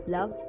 Love